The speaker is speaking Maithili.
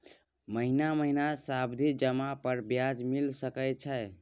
महीना महीना सावधि जमा पर ब्याज मिल सके छै?